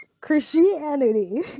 Christianity